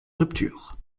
rupture